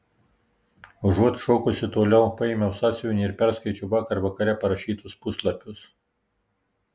užuot šokusi toliau paėmiau sąsiuvinį ir perskaičiau vakar vakare parašytus puslapius